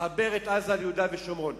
לחבר את עזה ליהודה ושומרון.